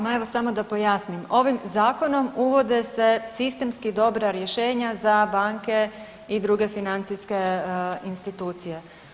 Ma evo samo da pojasnim, ovim zakonom uvode se sistemski dobra rješenja za banke i druge financijske institucije.